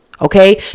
Okay